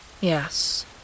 Yes